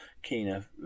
keener